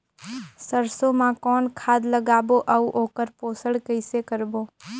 सरसो मा कौन खाद लगाबो अउ ओकर पोषण कइसे करबो?